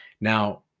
now